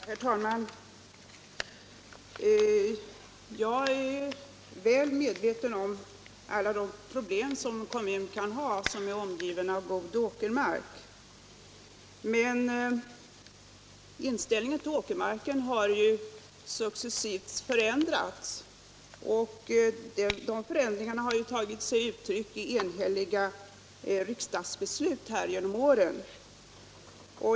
Herr talman! Jag är väl medveten om alla de problem en kommun kan ha som är omgiven av god åkermark, men inställningen till åkermarken har successivt förändrats, och de förändringarna har tagit sig uttryck i enhälliga riksdagsbeslut genom åren.